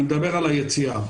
ביציאה.